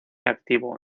activo